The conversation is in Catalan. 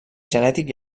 genètic